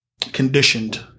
Conditioned